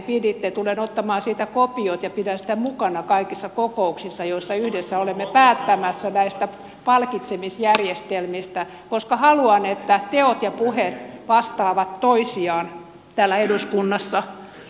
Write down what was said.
tulen ottamaan siitä kopiot ja pidän sitä mukana kaikissa kokouksissa joissa yhdessä olemme päättämässä näistä palkitsemisjärjestelmistä koska haluan että teot ja puheet vastaavat toisiaan täällä eduskunnassa